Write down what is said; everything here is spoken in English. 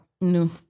No